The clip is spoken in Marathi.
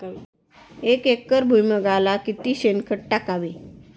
एक एकर भुईमुगाला किती शेणखत टाकावे?